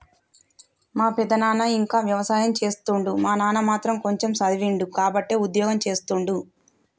మా పెదనాన ఇంకా వ్యవసాయం చేస్తుండు మా నాన్న మాత్రం కొంచెమ్ చదివిండు కాబట్టే ఉద్యోగం చేస్తుండు